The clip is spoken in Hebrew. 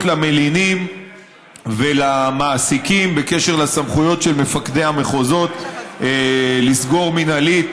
למלינים ולמעסיקים בקשר לסמכויות של מפקדי המחוזות לסגור מינהלית